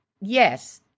Yes